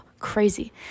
crazy